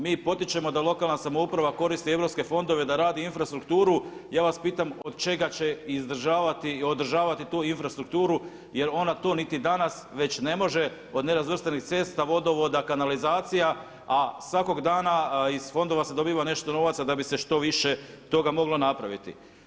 Mi potičemo da lokalna samouprava koristi europske fondove, da radi infrastrukturu i ja vas pitam od čega će izdržavati i održavati tu infrastrukturu jer ona to niti danas već ne može od nerazvrstanih cesta, vodovoda, kanalizacija a svakog dana iz fondova se dobiva nešto novaca da bi se što više toga moglo napraviti.